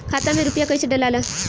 खाता में रूपया कैसे डालाला?